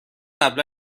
قبلا